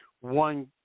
one